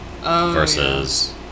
versus